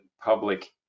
public